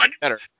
Better